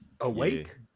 awake